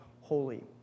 holy